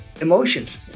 emotions